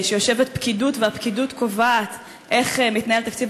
יושבת פקידות והפקידות קובעת איך מתנהל תקציב